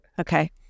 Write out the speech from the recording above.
Okay